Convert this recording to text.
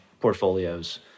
portfolios